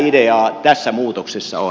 mitä ideaa tässä muutoksessa on